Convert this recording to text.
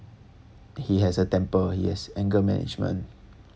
he has a temper he has anger management